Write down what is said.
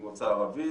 ממוצא ערבי.